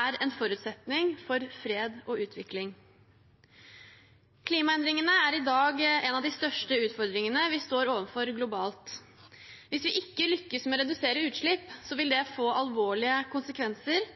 er en forutsetning for fred og utvikling. Klimaendringene er i dag en av de største utfordringene vi står overfor globalt. Hvis vi ikke lykkes med å redusere utslipp, vil det få alvorlige konsekvenser.